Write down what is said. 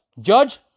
Judge